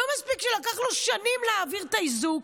לא מספיק שלקח לו שנים להעביר את האיזוק,